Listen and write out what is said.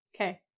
Okay